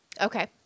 Okay